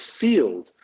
field